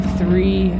three